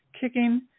kicking